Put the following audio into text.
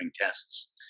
tests